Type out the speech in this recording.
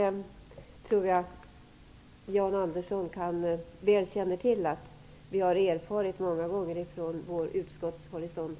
Jag tror att Jan Andersson känner till att vi även har erfarit det många gånger ifrån vår utskottshorisont.